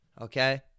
Okay